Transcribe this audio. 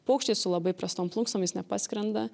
paukščiai su labai prastom plunksnom jis nepaskrenda